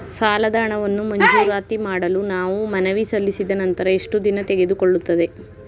ಸಾಲದ ಹಣವನ್ನು ಮಂಜೂರಾತಿ ಮಾಡಲು ನಾವು ಮನವಿ ಸಲ್ಲಿಸಿದ ನಂತರ ಎಷ್ಟು ದಿನ ತೆಗೆದುಕೊಳ್ಳುತ್ತದೆ?